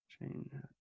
Chain